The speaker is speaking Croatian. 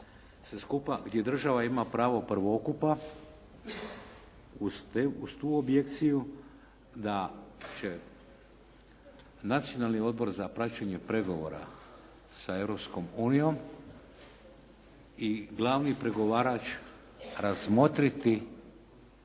i država ima pravo prvokupa uz tu objekciju da će Nacionalni odbor za praćenje pregovora sa Europskom unijom i glavni pregovarač razmotriti